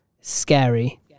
Scary